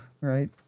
right